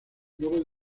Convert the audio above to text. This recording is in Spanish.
luego